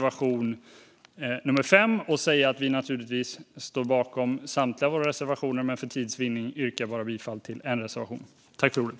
Vi står givetvis bakom alla våra reservationer, men för tids vinning yrkar jag bifall endast till reservation nummer 5.